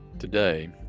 today